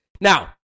Now